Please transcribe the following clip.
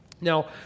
Now